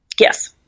Yes